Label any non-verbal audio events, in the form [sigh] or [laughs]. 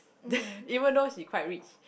then [laughs] even though she quite rich